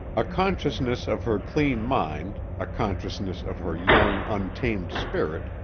a consciousness of her clean mind, a consciousness of her young, untamed spirit,